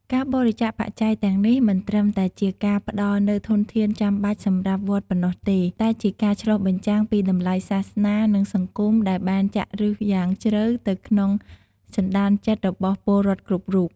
ការបរិច្ចាគបច្ច័យទាំងនេះមិនត្រឹមតែជាការផ្ដល់នូវធនធានចាំបាច់សម្រាប់វត្តប៉ុណ្ណោះទេ តែជាការឆ្លុះបញ្ចាំងពីតម្លៃសាសនា និងសង្គមដែលបានចាក់ឫសយ៉ាងជ្រៅទៅក្នុងសន្តានចិត្តរបស់ពលរដ្ឋគ្រប់រូប។